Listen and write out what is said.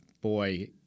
boy